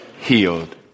Healed